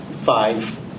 five